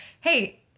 hey